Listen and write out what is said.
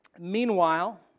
Meanwhile